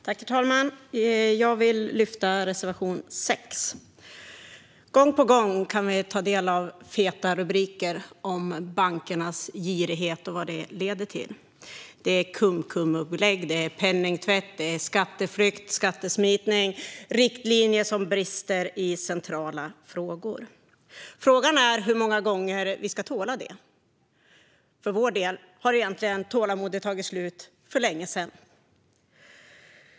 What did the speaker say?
Herr talman! Jag yrkar bifall till reservation 6. Gång på gång kan vi ta del av feta rubriker om bankernas girighet och vad den leder till. Det är cum-cum-upplägg, penningtvätt, skatteflykt, skattesmitning och riktlinjer som brister i centrala frågor. Frågan är hur många gånger vi ska tåla det. För vår del har tålamodet egentligen tagit slut för länge sedan.